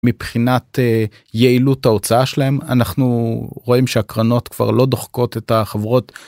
מבחינת יעילות ההוצאה שלהם אנחנו רואים שהקרנות כבר לא דוחקות את החברות.